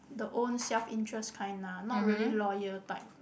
the own self interest kind ah not really loyal type